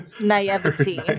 Naivety